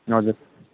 हजुर